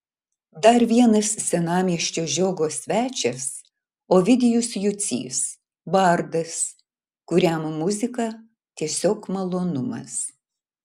dar vienas senamiesčio žiogo svečias ovidijus jucys bardas kuriam muzika tiesiog malonumas